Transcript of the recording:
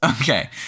okay